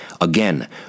Again